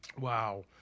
Wow